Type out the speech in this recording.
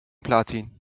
platin